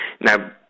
Now